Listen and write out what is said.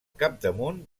capdamunt